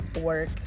work